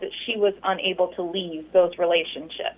that she was unable to leave those relationships